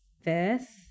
fifth